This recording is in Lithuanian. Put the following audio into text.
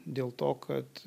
dėl to kad